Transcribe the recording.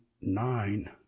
nine